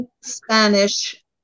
Spanish